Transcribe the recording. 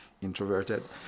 introverted